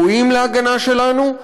ראויים להגנה שלנו,